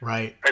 Right